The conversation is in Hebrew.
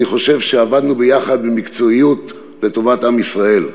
ואני חושב שעבדנו ביחד במקצועיות לטובת עם ישראל.